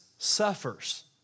suffers